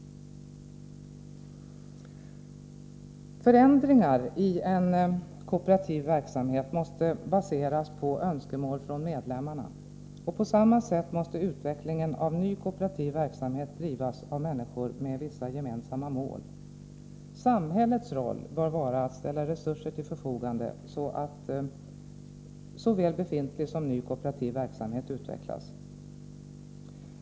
Förändringar i en kooperativ verksamhet måste baseras på önskemål från medlemmarna, och på samma sätt måste utvecklingen av ny kooperativ verksamhet drivas av människor med vissa gemensamma mål. Samhällets roll bör vara att ställa resurser till förfogande, så att såväl befintlig som ny kooperativ verksamhet utvecklas.